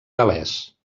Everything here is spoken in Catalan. gal·lès